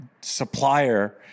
supplier